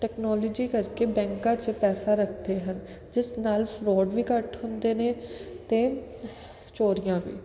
technology ਕਰਕੇ ਬੈਂਕਾਂ 'ਚ ਪੈਸਾ ਰੱਖਦੇ ਹਨ ਜਿਸ ਨਾਲ ਫਰੋਡ ਵੀ ਘੱਟ ਹੁੰਦੇ ਨੇ ਅਤੇ ਚੋਰੀਆਂ ਵੀ